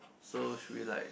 so should we like